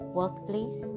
workplace